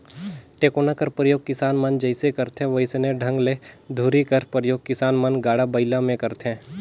टेकोना कर परियोग किसान मन जइसे करथे वइसने ढंग ले धूरी कर परियोग किसान मन गाड़ा बइला मे करथे